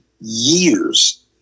years